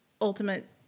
ultimate